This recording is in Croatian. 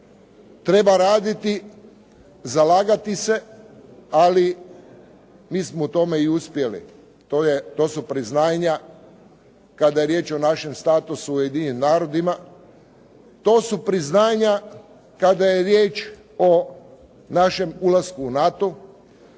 treba raditi, zalagati se, ali mi smo u tome i uspjeli. To su priznanja kada je riječ o našem statusu u Ujedinjenim narodima, to su priznanja kada je riječ o našem ulasku u NATO